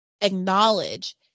acknowledge